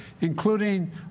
including